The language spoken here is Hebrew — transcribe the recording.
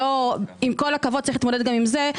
עם כל הכבוד צריך להתמודד גם עם זה.